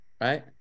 right